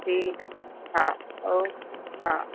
ठीकु आहे हा ओके हा